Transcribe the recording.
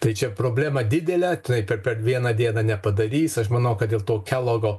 tai čia problema didelė tai per per vieną dieną nepadarys aš manau kad dėl to kelogo